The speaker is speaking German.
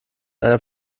einer